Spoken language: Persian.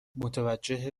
متوجه